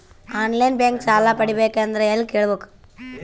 On line bank ಸಾಲ ಪಡಿಬೇಕಂದರ ಎಲ್ಲ ಕೇಳಬೇಕು?